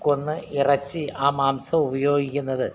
കൊന്ന് ഇറച്ചി ആ മാംസം ഉപയോഗിക്കുന്നത്